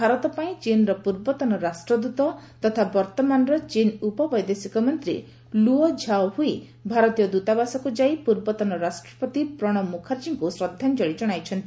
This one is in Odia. ଭାରତ ପାଇଁ ଚୀନ୍ର ପୂର୍ବତନ ରାଷ୍ଟ୍ରଦୂତ ତଥା ବର୍ତ୍ତମାନର ଚୀନ୍ ଉପବୈଦେଶିକ ମନ୍ତ୍ରୀ ଲୁଓ ଝାଓହୁଇ ଭାରତୀୟ ଦୂତାବାସକୁ ଯାଇ ପୂର୍ବତନ ରାଷ୍ଟ୍ରପତି ପ୍ରଣବ ମୁଖାର୍ଜୀଙ୍କୁ ଶ୍ରଦ୍ଧାଞ୍ଚଳୀ ଜଣାଇଛନ୍ତି